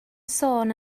sôn